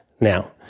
Now